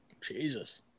Jesus